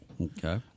Okay